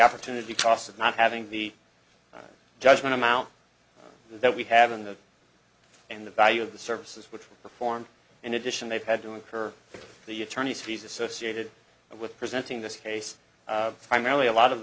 opportunity toss of not having the judgment amount that we have in the and the value of the services which were performed in addition they've had to incur the attorney's fees associated with presenting this case primarily a lot of